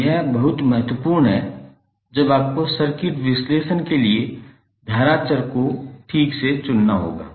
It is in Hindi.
तो यह बहुत महत्वपूर्ण है जब आपको सर्किट विश्लेषण के लिए धारा चर को ठीक से चुनना होगा